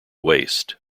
waste